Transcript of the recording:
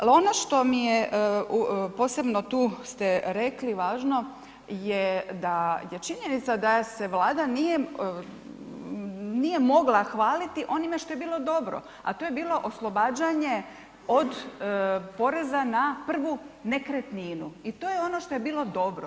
Ali, ono što mi je posebno tu ste rekli važno je da činjenica da se Vlada nije mogla hvaliti onime što je bilo dobro, a to je bilo oslobađanje od poreza na prvu nekretninu i to je ono što je bilo dobro.